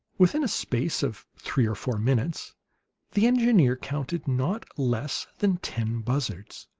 within a space of three or four minutes the engineer counted not less than ten buzzards.